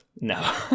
No